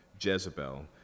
Jezebel